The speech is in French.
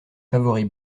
favoris